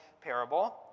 parable